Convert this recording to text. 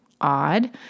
odd